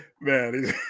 Man